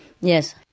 Yes